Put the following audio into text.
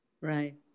Right